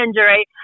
injury